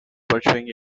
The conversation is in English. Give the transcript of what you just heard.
pursuing